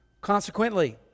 Consequently